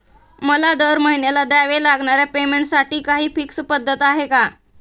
मला दरमहिन्याला द्यावे लागणाऱ्या पेमेंटसाठी काही फिक्स पद्धत आहे का?